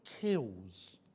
kills